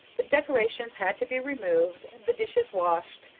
the decorations had to be removed, the dishes washed,